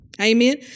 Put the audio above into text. Amen